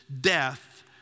death